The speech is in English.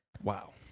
Wow